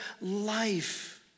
life